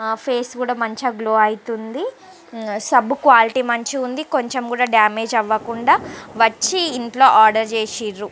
face కూడా మంచిగా glow అవుతుంది సబ్బు క్వాలిటీ మంచిగా ఉంది కొంచెం కూడా డ్యామేజ్ అవ్వకుండా వచ్చి ఇంట్లో ఆర్డర్ చేసిర్రు